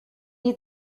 you